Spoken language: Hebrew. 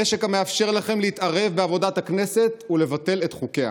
הנשק המאפשר לכם להתערב בעבודת הכנסת ולבטל את חוקיה.